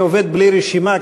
אני עובד בלי רשימה,